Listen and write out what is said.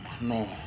no